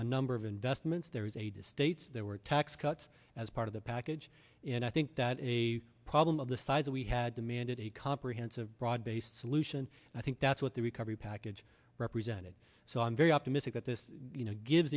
a number of investments there was a to states there were tax cuts as part of the package and i think that a problem of the size that we had demanded a comprehensive broad based solution i think that's what the recovery package represented so i'm very optimistic that this you know give